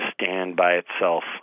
stand-by-itself